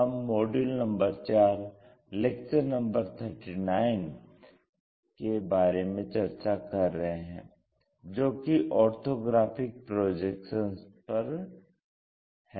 हम module number 4 lecture number 39 के बारे में चर्चा कर रहे हैं जो कि ऑर्थोग्राफिक प्रोजेक्शन पर है